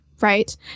right